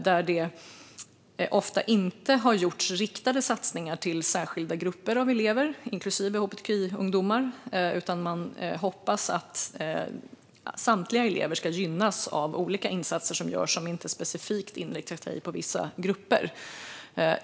Där görs det ofta inte riktade satsningar till särskilda grupper av elever, inklusive hbtqi-ungdomar, utan man hoppas att samtliga elever ska gynnas av olika insatser som inte specifikt inriktar sig på vissa grupper.